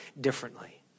differently